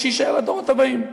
אז שיישאר לדורות הבאים.